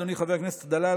חבר הכנסת דלל,